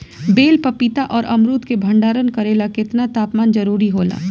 बेल पपीता और अमरुद के भंडारण करेला केतना तापमान जरुरी होला?